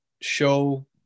show